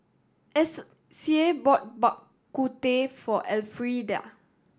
Sie bought Bak Kut Teh for Elfrieda